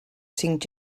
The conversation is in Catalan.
cinc